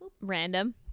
random